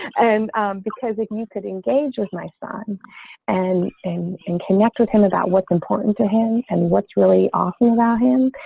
and because if you could engage with my son and and and connect with him about what's important to him. and what's really awesome about him.